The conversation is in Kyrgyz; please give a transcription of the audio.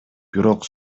бирок